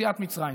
יציאת מצרים.